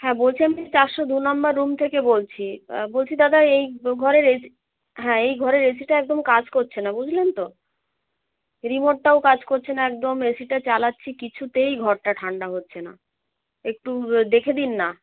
হ্যাঁ বলছি আমি চারশো দু নম্বর রুম থেকে বলছি বলছি দাদা এই ঘরের এসি হ্যাঁ এই ঘরের এসিটা একদম কাজ কচ্ছে না বুঝলেন তো রিমোটটাও কাজ কচ্ছে না একদম এসিটা চালাচ্ছি কিছুতেই ঘরটা ঠান্ডা হচ্ছে না একটু দেখে দিন না